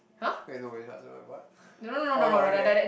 eh no wait like what oh okay